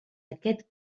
aquest